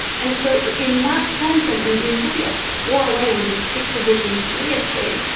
and so in that sense and and in really a core way, when you take the vision seriously,